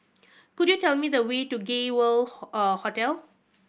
could you tell me the way to Gay World Hotel